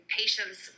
patients